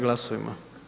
Glasujmo.